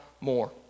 more